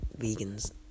vegans